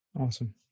Awesome